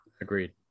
Agreed